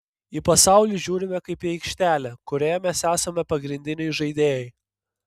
į pasaulį žiūrime kaip į aikštelę kurioje mes esame pagrindiniai žaidėjai